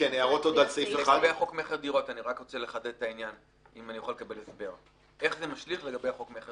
לגבי חוק מכר דירות - איך זה משליך עליו?